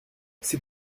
c’est